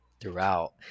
throughout